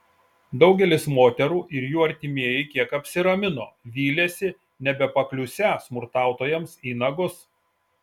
daugelis moterų ir jų artimieji kiek apsiramino vylėsi nebepakliūsią smurtautojams į nagus